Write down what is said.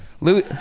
Louis